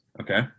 Okay